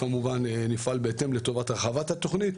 תפעל בהתאם לטובת הרחבת התוכנית.